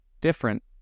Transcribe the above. different